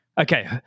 Okay